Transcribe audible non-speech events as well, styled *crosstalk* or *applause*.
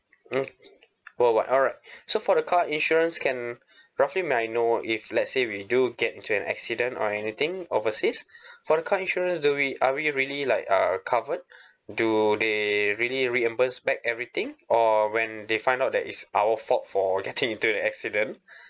mm uh what alright so for the car insurance can roughly may I know if let say we do get into an accident or anything overseas *breath* for the car insurance do we are we really really like uh covered *breath* do they really reimburse back everything or when they find out that it's our fault for getting into *laughs* the accident